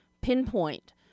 pinpoint